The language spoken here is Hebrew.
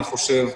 אני חושב,